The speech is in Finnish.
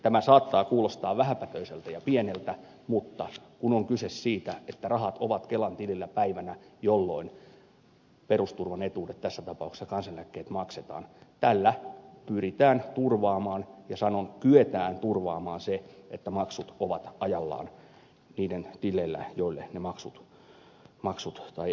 tämä saattaa kuulostaa vähäpätöiseltä ja pieneltä asialta mutta kun on kyse siitä että rahat ovat kelan tilillä päivänä jolloin perusturvan etuudet maksetaan tässä tapauksessa kansaneläkkeet niin tällä pyritään turvaamaan ja kyetään turvaamaan se että maksut ovat ajallaan niiden tileillä joille ne maksut tai eläke kuuluu